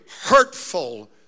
hurtful